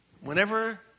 Whenever